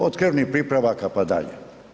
Od krvnih pripravaka pa dalje.